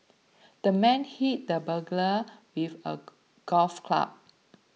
the man hit the burglar with a golf club